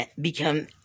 become